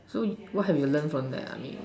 so you what have you learnt from that I mean